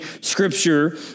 scripture